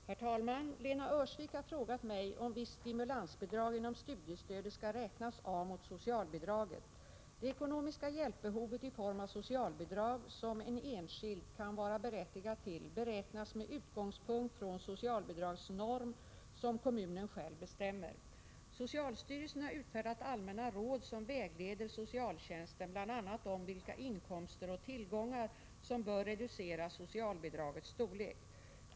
Herr talman! Lena Öhrsvik har frågat mig om visst stimulansbidrag inom studiestödet skall räknas av mot socialbidraget. Behovet av den ekonomiska hjälp i form av socialbidrag som en enskild kan vara berättigad till beräknas med utgångspunkt i en socialbidragsnorm som kommunen själv bestämmer. Socialstyrelsen har utfärdat allmänna råd som vägleder socialtjänsten, bl.a. om vilka inkomster och tillgångar som bör reducera socialbidragets storlek.